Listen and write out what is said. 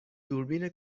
دوربین